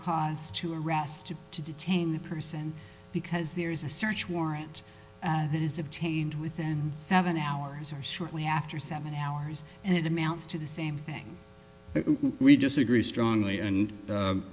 cause to arrest to detain the person because there is a search warrant that is obtained within seven hours or shortly after seven hours and it amounts to the same thing we disagree strongly and